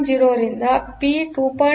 0 ರಿಂದ ಪಿ2